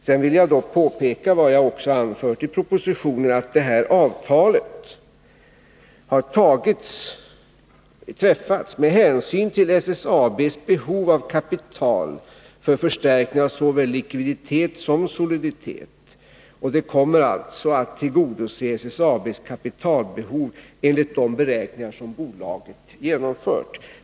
Sedan vill jag påpeka — det har jag också anfört i propositionen — att det här avtalet har träffats med hänsyn till SSAB:s behov av kapital för förstärkning av såväl likviditet som soliditet. Det kommer alltså att tillgodose SSAB:s Nr 48 kapitalbehov enligt de beräkningar som bolaget gjort.